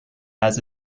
has